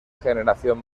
generación